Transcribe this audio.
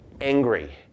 angry